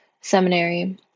seminary